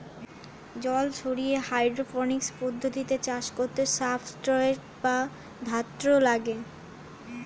জল ছাড়িয়ে হাইড্রোপনিক্স পদ্ধতিতে চাষ করতে সাবস্ট্রেট বা ধাত্র লাগে